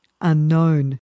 unknown